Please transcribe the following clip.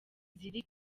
ziri